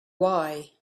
wii